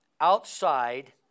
outside